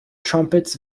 trumpets